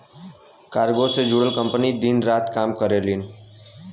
cargo से जुड़ल company दिन रात काम करलीन